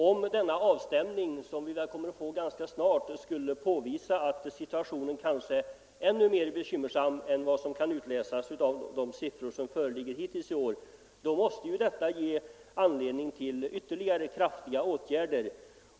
Om den avstämning som vi sålunda kommer att få skulle påvisa att situationen är ännu mer bekymmersam än vad som kan utläsas av hittills föreliggande siffror, måste det ge anledning till ytterligare kraftiga åtgärder.